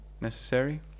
necessary